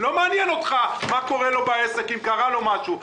לא מעניין אותך מה קורה לו בעסק ואם קרה לו משהו,